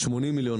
80 מיליון.